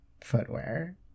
footwear